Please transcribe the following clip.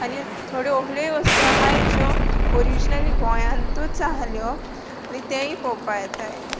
आनी असल्योय वस्तू आतात ज्यो ऑरिजिनली गोंयांतूच आसल्यो तेंवूय पळोवपाक येतात